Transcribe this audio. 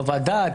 חוות דעת,